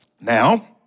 Now